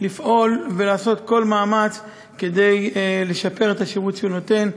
לפעול ולעשות כל מאמץ לשפר את השירות שהוא נותן,